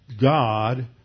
God